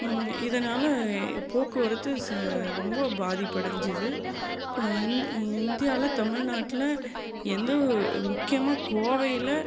இதனால் போக்குவரத்து ச ரொம்ப பாதிப்படைஞ்சிது அப்புறம் இந் இந்தியாவில் தமிழ்நாட்டில் எந்த முக்கியமாக கோவையில்